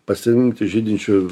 pasiimti žydinčių